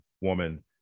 woman